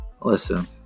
Listen